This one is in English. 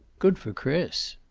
good for chris.